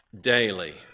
daily